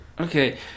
Okay